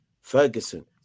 Ferguson